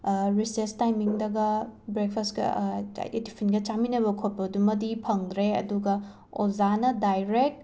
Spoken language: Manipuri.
ꯔꯤꯁꯦꯁ ꯇꯥꯏꯃꯤꯡꯗꯒ ꯕ꯭ꯔꯦꯛꯐꯁꯠꯀ ꯍꯥꯏꯗꯤ ꯇꯤꯐꯤꯟꯒ ꯆꯥꯃꯤꯟꯅꯕ ꯈꯣꯠꯄꯗꯨꯃꯗꯤ ꯐꯪꯗ꯭ꯔꯦ ꯑꯗꯨꯒ ꯑꯣꯖꯥꯅ ꯗꯥꯏꯔꯦꯛ